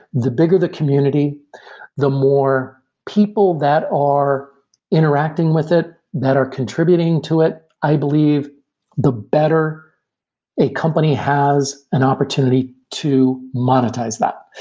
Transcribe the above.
the bigger the community the more people that are interacting with it, that are contributing to it. i believe the better a company has an opportunity to monetize that.